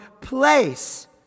place